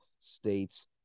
states